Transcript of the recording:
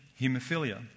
hemophilia